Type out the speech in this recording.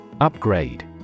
Upgrade